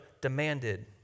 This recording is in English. demanded